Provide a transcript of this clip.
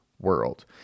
world